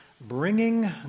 bringing